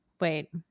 Wait